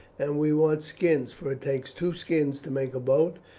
and we want skins, for it takes two skins to make a boat,